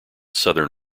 southern